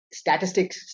statistics